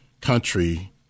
country